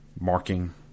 marking